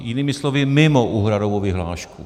Jinými slovy mimo úhradovou vyhlášku.